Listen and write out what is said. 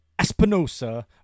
Espinosa